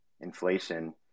inflation